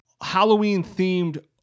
Halloween-themed